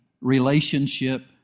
relationship